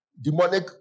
demonic